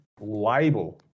label